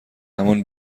همان